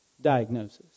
diagnosis